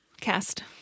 cast